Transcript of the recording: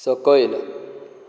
सकयल